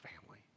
family